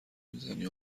میزنی